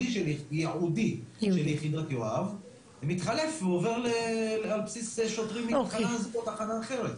ייעודי של יחידת יואב מתחלף ועובר על בסיס שוטרים מתחנה אחרת,